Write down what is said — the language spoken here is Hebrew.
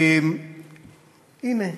הנה,